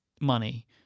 money